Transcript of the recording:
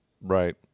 Right